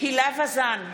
הילה וזאן,